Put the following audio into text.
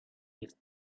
his